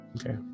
Okay